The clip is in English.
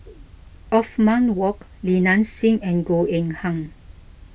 Othman Wok Li Nanxing and Goh Eng Han